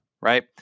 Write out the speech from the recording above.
right